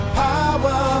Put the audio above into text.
power